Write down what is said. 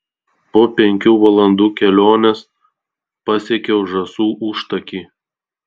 po penkių valandų kelionės pasiekiau žąsų užtakį